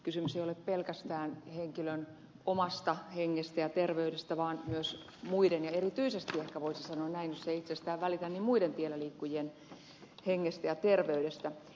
kysymys ei ole pelkästään henkilön omasta hengestä ja terveydestä vaan myös muiden ja erityisesti ehkä voisi sanoa näin että jos ei itsestään välitä niin muiden tiellä liikkujien hengestä ja terveydestä